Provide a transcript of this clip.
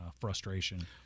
frustration